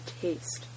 taste